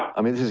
i mean,